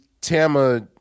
Tama